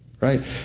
Right